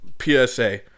PSA